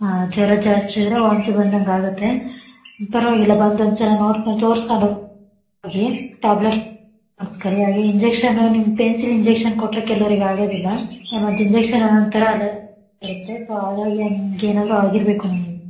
ಹಾಂ ಜ್ವರ ಜಾಸ್ತಿ ಇದ್ದರೆ ವಾಂತಿ ಬಂದಂತೆ ಆಗುತ್ತೆ ಪರವಾಗಿಲ್ಲ ಬಂದು ಒಂದು ಸಲ ನೋಡ್ಕೊಂಡು ತೋರ್ಸ್ಕೊಂಡು ಹೋಗಿ ಟ್ಯಾಬ್ಲೆಟ್ಸ್ ಅದ್ರ ಸರಿಯಾಗಿ ಇಂಜೆಕ್ಷನ್ ನಿಮ್ಗೆ ಪೈನ್ ಕಿಲ್ಲರ್ ಇಂಜೆಕ್ಷನ್ ಕೊಟ್ಟರೆ ಕೆಲ್ವರಿಗೆ ಆಗೋದಿಲ್ಲ ಮತ್ತು ಇಂಜೆಕ್ಷನ್ ಒಂಥರ ಅಲರ್ಜಿ ಆಗುತ್ತೆ ಸೊ ಹಾಗಾಗಿ ಹಂಗೆ ಏನಾದರೂ ಆಗಿರಬೇಕು ನಿಮಗೆ